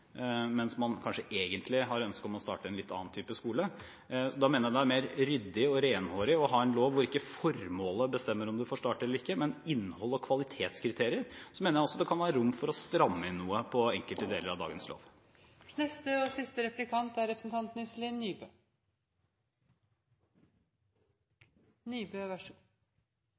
mens man kanskje egentlig har ønske om å starte en litt annen type skole. Da mener jeg det er mer ryddig og renhårig å ha en lov hvor ikke formålet bestemmer om man får starte eller ikke, men innholdet og kvalitetskriterier. Jeg mener at det også kan være rom for å stramme inn noe på enkelte deler av dagens lov. Nå er det et annet politisk flertall enn det det har vært de siste åtte årene, som gjør at det nå er